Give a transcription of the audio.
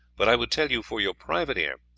but i would tell you for your private ear,